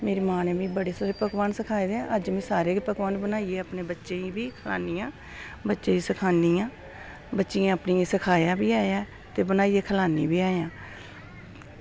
मेरी मां नै मिगी बड़े स्हेई पकवान सखाए दे अज्ज में सारे पकवान बी बनाइयै अपने बच्चें गी सखानी ऐ बच्चें ई सखानी आं बच्चें अपने गी सखाया बी ऐ ते बनाइयै खलानी बी ऐं